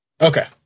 Okay